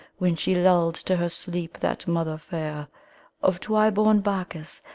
when she lulled to her sleep that mother fair of twy-born bacchus,